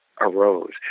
arose